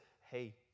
hey